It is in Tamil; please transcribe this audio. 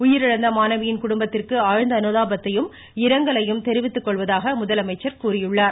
உயிரிழந்த மாணவியின் குடும்பத்திற்கு ஆழ்ந்த அனுதாபத்தையும் இரங்கலையும் தெரிவித்துக்கொள்வதாக முதலமைச்சர் கூறினார்